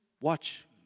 watch